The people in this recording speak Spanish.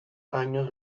años